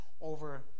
over